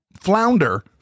Flounder